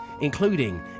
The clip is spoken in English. including